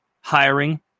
hiring